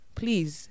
please